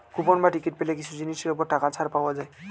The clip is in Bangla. কুপন বা টিকিট পেলে কিছু জিনিসের ওপর টাকা ছাড় পাওয়া যায়